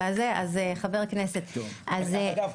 --- דרך אגב,